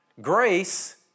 Grace